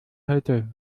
heute